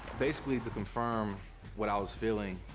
basically, to confirm what i was feeling,